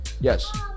yes